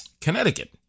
Connecticut